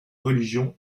religion